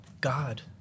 God